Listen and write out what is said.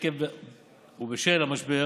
בשל המשבר